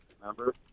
remember